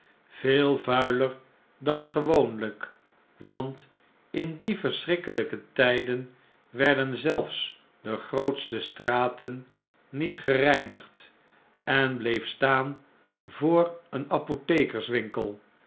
veel vuiler dangewoonlijk want in die verschrikkeljjke tijden yptrden zelfs de grootste straten niet gereinigd en bleef staan voor een apothekerswmkel